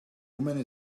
woman